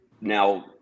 Now